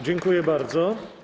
Dziękuję bardzo.